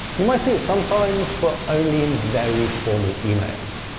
you might see it sometimes, but only in very formal emails.